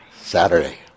Saturday